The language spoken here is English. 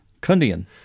Kundian